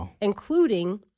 including